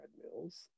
treadmills